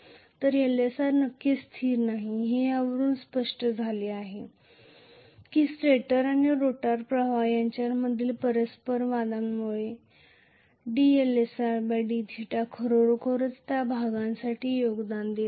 तर Lsr नक्कीच स्थिर नाही हे यावरून स्पष्ट झाले आहे की स्टेटर आणि रोटर प्रवाह यांच्यामधील परस्परसंवादामुळे dLsrdθ खरोखरच त्या भागासाठी योगदान देत आहे